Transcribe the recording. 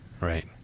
Right